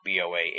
BOA